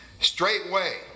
straightway